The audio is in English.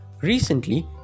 Recently